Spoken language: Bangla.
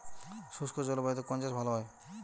শুষ্ক জলবায়ুতে কোন চাষ ভালো হয়?